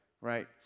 right